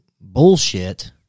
bullshit